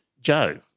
Joe